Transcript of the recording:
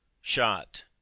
shot